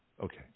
Okay